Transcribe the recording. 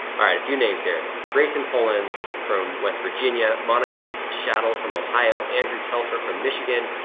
all right, a few names here. grayson pullins from west virginia, monica shaddle from ohio, andrew telfer from michigan,